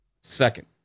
Second